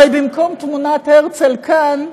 הרי במקום תמונת הרצל, כאן,